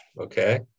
Okay